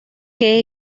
que